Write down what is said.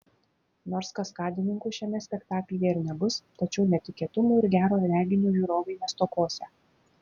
nors kaskadininkų šiame spektaklyje ir nebus tačiau netikėtumų ir gero reginio žiūrovai nestokosią